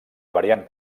variant